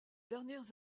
dernières